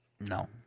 No